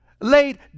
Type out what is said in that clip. laid